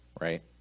right